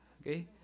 Okay